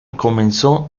comenzó